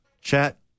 Chat